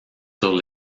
sur